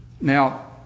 Now